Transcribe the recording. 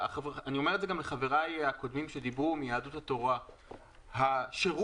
ואני אומר את זה גם לחבריי מיהדות התורה שדיברו קודם השירות